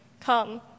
Come